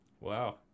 Wow